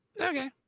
Okay